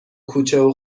کوچه